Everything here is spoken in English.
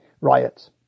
Riots